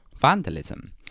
vandalism